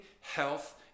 health